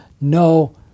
no